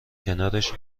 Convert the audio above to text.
کنارش